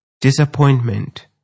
disappointment